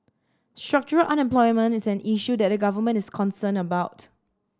structural unemployment is an issue that the Government is concerned about